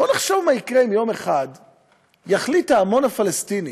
בואו נחשוב מה יקרה אם יום אחד יחליט ההמון הפלסטיני,